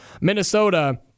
Minnesota